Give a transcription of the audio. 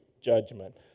judgment